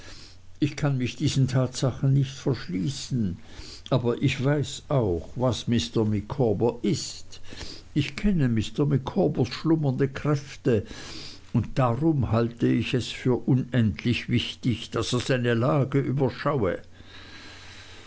ich kann mich diesen tatsachen nicht verschließen aber ich weiß auch was mr micawber ist ich kenne mr micawbers schlummernde kräfte und darum halte ich es für unendlich wichtig daß er seine lage überschaue